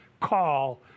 call